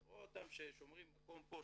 אתה רואה אותם ששומרים מקום פה,